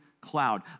cloud